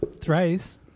thrice